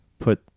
put